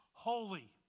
Holy